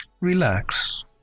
Relax